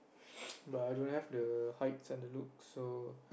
but I don't have the heights and the looks so